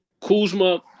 Kuzma